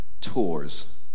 tours